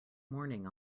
morning